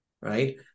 Right